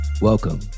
Welcome